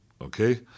okay